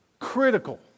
Critical